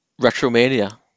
Retromania